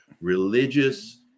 religious